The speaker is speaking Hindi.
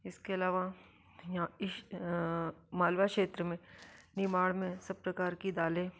इसके अलावा यहाँ इस मालवा क्षेत्र में निमाड़ में सब प्रकार की दालें